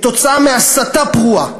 עקב הסתה פרועה,